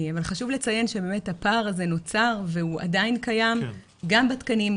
אבל חשוב לציין שהפער הזה נוצר והוא עדיין קיים גם בתקנים,